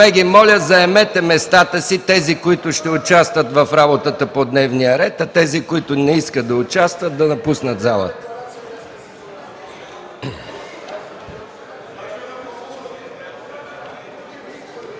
моля заемете местата си – тези, които ще участват в работата по дневния ред, а тези, които не искат да участват, да напуснат залата!